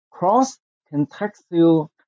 Cross-contextual